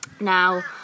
Now